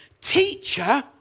teacher